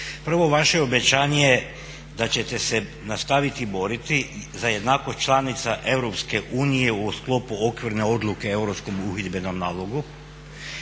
Prvo, vaše obećanje da ćete se nastaviti boriti za jednakost članica EU u sklopu okvirne odluke o